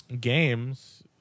games